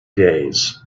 days